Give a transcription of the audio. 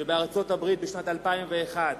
שבארצות-הברית, בשנת 2001,